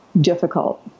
difficult